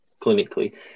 clinically